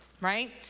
right